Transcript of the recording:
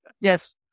yes